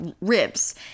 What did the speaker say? ribs